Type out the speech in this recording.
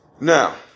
now